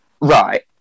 right